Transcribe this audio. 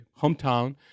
hometown